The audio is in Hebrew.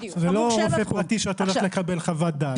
זה לא רופא פרטי שאת הולכת לקבל חוות דעת.